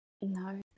No